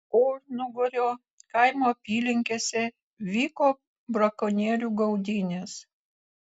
ožnugario kaimo apylinkėse vyko brakonierių gaudynės